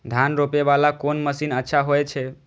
धान रोपे वाला कोन मशीन अच्छा होय छे?